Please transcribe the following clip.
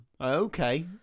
okay